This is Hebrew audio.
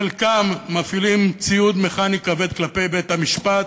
חלקם מפעילים ציוד מכני כבד כלפי בית-המשפט,